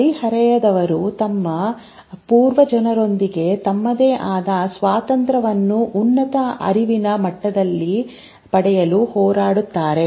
ಹದಿಹರೆಯದವರು ತಮ್ಮ ಪೂರ್ವಜರೊಂದಿಗೆ ತಮ್ಮದೇ ಆದ ಸ್ವಾತಂತ್ರ್ಯವನ್ನು ಉನ್ನತ ಅರಿವಿನ ಮಟ್ಟದಲ್ಲಿ ಪಡೆಯಲು ಹೋರಾಡುತ್ತಾರೆ